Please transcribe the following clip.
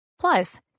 Plus